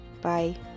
Bye